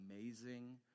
amazing